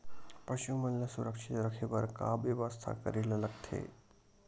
पशु मन ल सुरक्षित रखे बर का बेवस्था करेला लगथे?